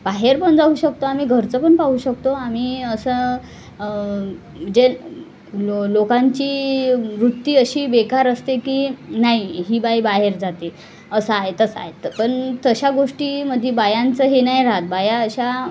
बाहेर पण जाऊ शकतो आम्ही घरचं पण पाहू शकतो आम्ही असं जे लो लोकांची वृत्ती अशी बेकार असते की नाही ही बाई बाहेर जाते असं आहे तसं आहेत पण तशा गोष्टीमध्ये बायांचं हे नाही राहत बाया अशा